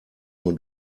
nur